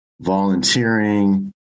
volunteering